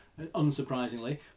unsurprisingly